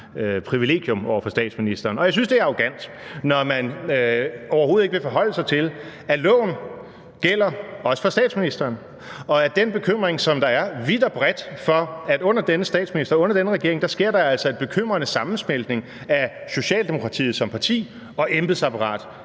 privilegium over for statsministeren. Jeg synes, det er arrogant, når man overhovedet ikke vil forholde sig til, at loven også gælder for statsministeren, og at den bekymring, som der er vidt og bredt, for, at der under denne statsminister og under denne regering altså sker en bekymrende sammensmeltning af Socialdemokratiet som parti og embedsapparatet,